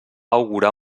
augurar